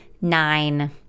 nine